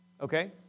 Okay